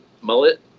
mullet